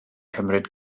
cymryd